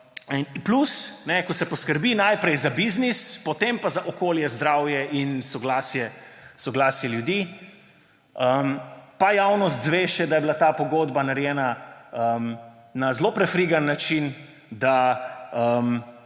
Plus ko se poskrbi najprej za biznis, potem pa za okolje, zdravje in soglasje ljudi, javnost izve še, da je bila ta pogodba narejena na zelo prefrigan način, da